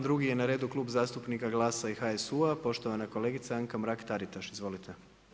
Drugi je na redu Klub zastupnika GLAS-a i HSU-a, poštovana kolegica Anka Mrak-Taritaš, izvolite.